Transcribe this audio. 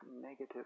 negative